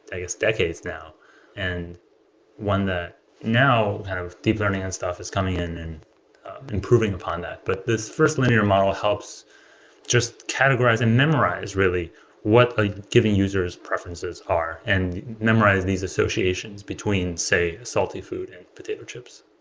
i guess decades now and one that now have deep learning and stuff is coming in and improving upon that. but this first linear model helps just categorize and memorize really what a given user s preferences are and memorize these associations between, say salty food and potato chips